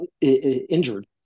injured